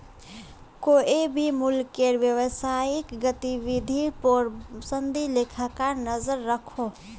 कोए भी मुल्केर व्यवसायिक गतिविधिर पोर संदी लेखाकार नज़र रखोह